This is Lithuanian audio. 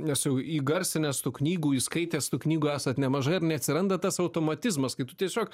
nes jau įgarsinęs tų knygų įskaitęs tų knygų esat nemažai ar neatsiranda tas automatizmas kai tu tiesiog